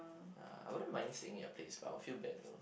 ya I wouldn't mind staying at your place but I'll feel bad though